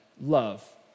love